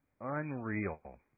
unreal